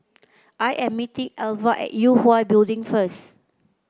I am meeting Alva at Yue Hwa Building first